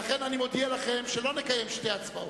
לכן אני מודיע לכם, שלא נקיים שתי הצבעות,